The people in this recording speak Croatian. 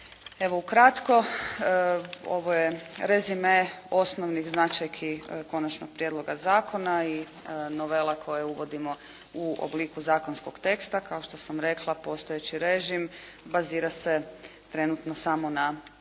ukratko, ovo je rezime osnovnih značajki Konačnog prijedloga zakona i novela koju uvodimo u obliku zakonskog teksta. Kao što sam rekla postojeći režim bazira se trenutno samo na Uredbi